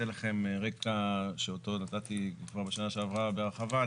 אתן לכם רקע שאותו נתתי כבר בשנה שעברה בהרחבה,